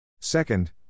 Second